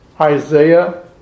Isaiah